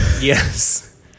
Yes